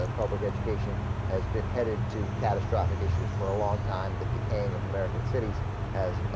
ah public education has been headed to catastrophic issues for a long time the decay of american cities has ah.